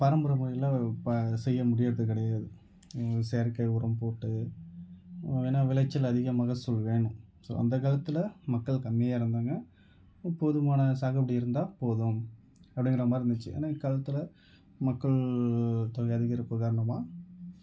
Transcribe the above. பரம்பரை முறையில் இப்போ செய்ய முடியிறது கிடையாது செயர்கை உரம் போட்டு ஏன்னால் விளைச்சல் அதிகமாக மகசூல் வேணும் ஸோ அந்த காலத்தில் மக்கள் கம்மியாக இருந்தாங்க போதுமான சாகுபடி இருந்தால் போதும் அப்படிங்குற மாதிரி இருந்துச்சு ஆனால் இக்ககாலத்தில் மக்கள் தொகை அதிகரிப்பு காரணமாக